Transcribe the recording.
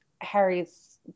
Harry's